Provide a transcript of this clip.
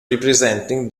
representing